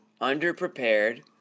underprepared